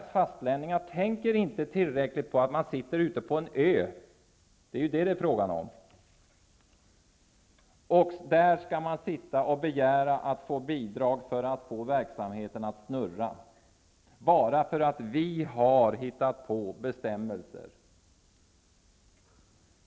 Vi fastlänningar tänker inte tillräckligt på att Gotland är en ö, där man skall sitta och begära bidrag för att få verksamheten att snurra -- och detta bara därför att vi har hittat på bestämmelser.